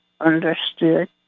understood